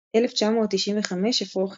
1995 – אפרוחים